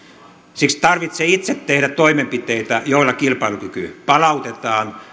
siksi tarvitsee itse tehdä toimenpiteitä joilla kilpailukyky palautetaan